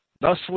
thus